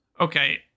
Okay